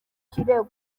kirego